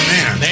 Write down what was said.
Man